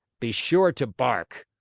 be sure to bark!